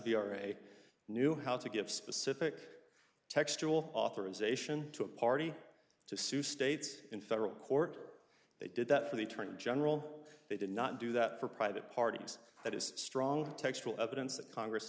ira knew how to give specific textual authorization to a party to sue states in federal court they did that for the attorney general they did not do that for private parties that is strong textual evidence that congress